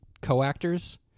co-actors